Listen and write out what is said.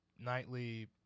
nightly